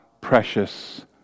precious